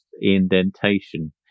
indentation